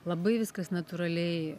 labai viskas natūraliai